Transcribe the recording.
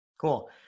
Cool